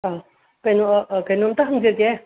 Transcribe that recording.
ꯀꯩꯅꯣ ꯀꯩꯅꯣꯝꯇ ꯍꯪꯖꯒꯦ